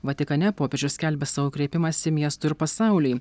vatikane popiežius skelbia savo kreipimąsi miestui ir pasauliui